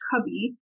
cubby